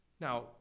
Now